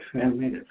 family